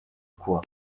quoi